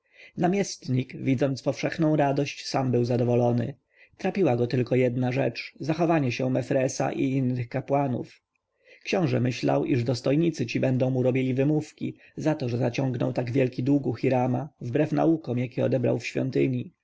namiestnik widząc powszechną radość sam był zadowolony trapiła go tylko jedna rzecz zachowanie się mefresa i innych kapłanów książę myślał iż dostojnicy ci będą mu robili wymówki za to że zaciągnął tak wielki dług u hirama wbrew naukom jakie odebrał w świątyni